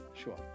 Sure